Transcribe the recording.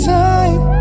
time